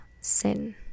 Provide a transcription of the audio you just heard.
sin